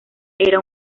era